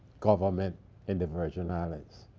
government in the virgin islands?